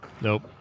Nope